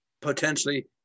potentially